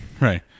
right